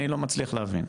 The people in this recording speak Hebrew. אני לא מצליח להבין,